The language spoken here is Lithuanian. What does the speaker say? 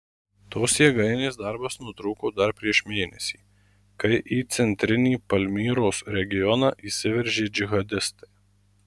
tos jėgainės darbas nutrūko dar prieš mėnesį kai į centrinį palmyros regioną įsiveržė džihadistai